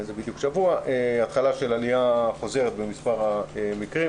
התחלה של עלייה חוזרת במספר המקרים.